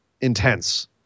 intense